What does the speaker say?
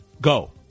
go